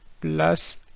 plus